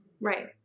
Right